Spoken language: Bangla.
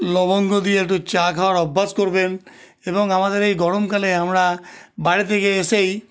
লবঙ্গ দিয়ে একটু চা খাওয়ার অভ্যাস করবেন এবং আমাদের এই গরমকালে আমরা বাইরে থেকে এসেই